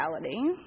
reality